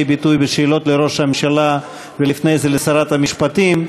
ביטוי בשאלות לראש הממשלה ולפני זה לשרת המשפטים,